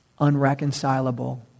unreconcilable